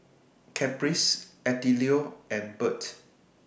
Caprice Attilio and Bert